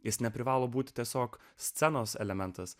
jis neprivalo būti tiesiog scenos elementas